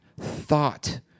thought